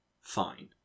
fine